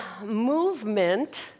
movement